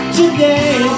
today